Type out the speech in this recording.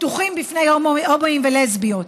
פתוחים בפני הומואים ולסביות.